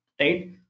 Right